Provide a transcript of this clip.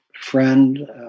friend